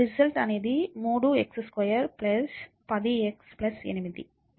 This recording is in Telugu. రిజల్ట్ అనేది 3 x2 10 x 8